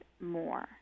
more